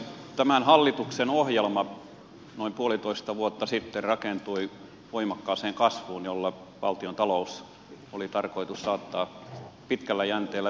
tämän hallituksen ohjelma noin puolitoista vuotta sitten rakentui voimakkaaseen kasvuun jolla valtiontalous oli tarkoitus saattaa pitkällä jänteellä tasapainoon